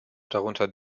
darunter